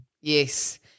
Yes